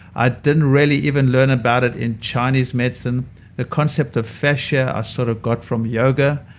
i didn't really even learn about it in chinese medicine the concept of fascia i sort of got from yoga.